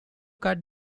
cut